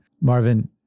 Marvin